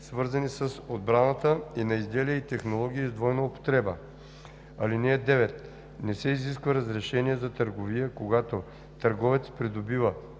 свързани с отбраната, и на изделия и технологии с двойна употреба. (9) Не се изисква разрешение за търговия, когато търговец придобива